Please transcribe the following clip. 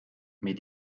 mais